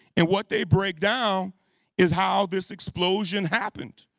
and what they break down is how this explosion happened.